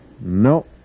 No